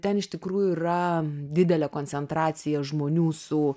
ten iš tikrųjų yra didelė koncentracija žmonių su